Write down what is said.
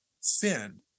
sin